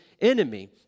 enemy